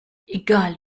egal